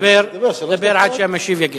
דבר עד שהמשיב יגיע.